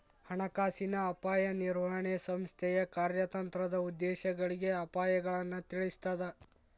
ಹಣಕಾಸಿನ ಅಪಾಯ ನಿರ್ವಹಣೆ ಸಂಸ್ಥೆಯ ಕಾರ್ಯತಂತ್ರದ ಉದ್ದೇಶಗಳಿಗೆ ಅಪಾಯಗಳನ್ನ ತಿಳಿಸ್ತದ